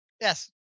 Yes